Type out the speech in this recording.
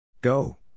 Go